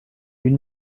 une